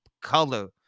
color